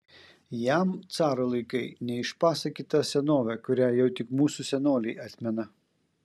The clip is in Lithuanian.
jam caro laikai neišpasakyta senovė kurią jau tik mūsų senoliai atmena